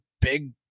big